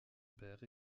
père